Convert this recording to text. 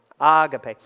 Agape